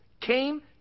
came